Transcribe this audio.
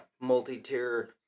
multi-tier